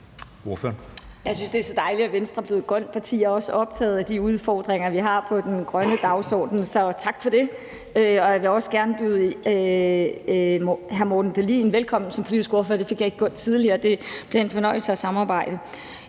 Jeg synes, det er så dejligt, at Venstre er blevet et grønt parti og også er optaget af de udfordringer, vi har på den grønne dagsorden – så tak for det. Og jeg vil også gerne byde hr. Morten Dahlin velkommen som politisk ordfører. Det fik jeg ikke gjort tidligere. Det er en fornøjelse at samarbejde.